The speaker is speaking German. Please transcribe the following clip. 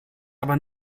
aber